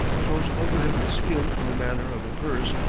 throws over him his skin in the manner of a purse,